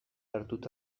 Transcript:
hartuta